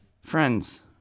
Friends